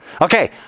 Okay